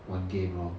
玩 game lor